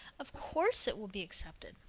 of course it will be accepted,